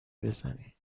بزنی